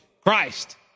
Christ